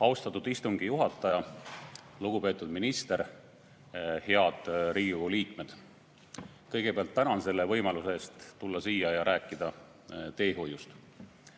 Austatud istungi juhataja! Lugupeetud minister! Head Riigikogu liikmed! Kõigepealt tänan selle võimaluse eest tulla siia ja rääkida teehoiust.